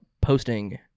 posting